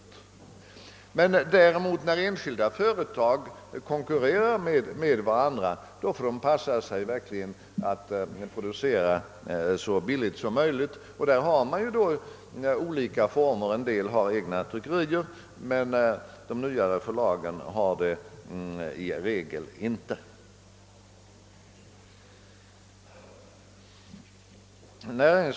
När däremot enskilda företag konkurrerar med varandra får de verkligen se till att de producerar så billigt som möjligt, och där finns det också olika former. Somliga förlag har egna tryckerier medan de nyare företagen i regel inte har det.